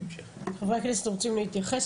חברי הכנסת רוצים להתייחס?